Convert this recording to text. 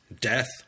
death